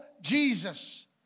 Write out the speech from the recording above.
Jesus